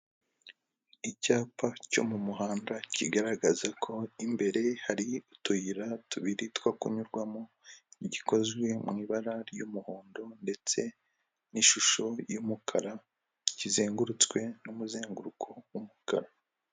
Icyapa cyo mu muhanda kigaragaza ko imbere hari utuyira tubiri two kunyurwamo, gikozwe mu ibara ry'umuhondo ndetse n'ishusho y'umukara kizengurutswe n'umuzenguruko w'umukara.